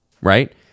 right